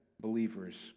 believers